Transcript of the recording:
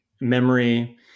memory